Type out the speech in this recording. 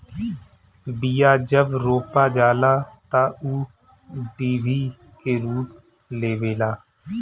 बिया जब रोपा जाला तअ ऊ डिभि के रूप लेवेला